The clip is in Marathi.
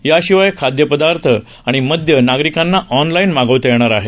याशिवाय खाद्य पदार्थ आणि मद्य नागरिकांना ऑनलाइन मागवता येणार आहे